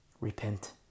repent